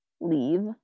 leave